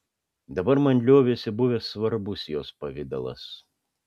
dabar man liovėsi buvęs svarbus jos pavidalas